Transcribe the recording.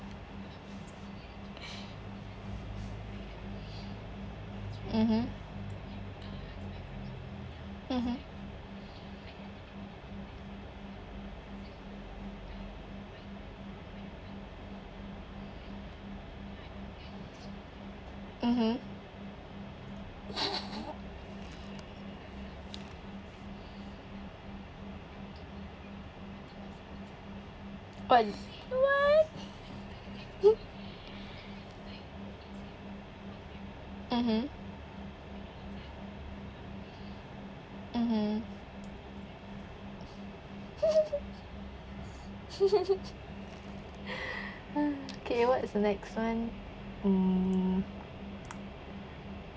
mmhmm mmhmm mmhmm what what mmhmm mmhmm okay what is the next [one] mm